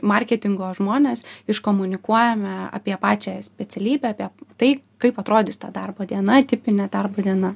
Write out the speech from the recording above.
marketingo žmonės iškomunikuojame apie pačią specialybę apie tai kaip atrodys ta darbo diena tipinė darbo diena